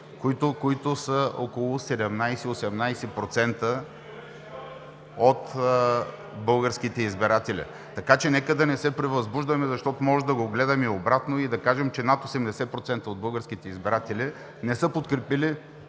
които са около 17-18% от българските избиратели. Така че нека да не се превъзбуждаме, защото може да го гледаме обратно и да кажем, че над 80% от българските избиратели не са подкрепили